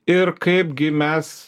ir kaipgi mes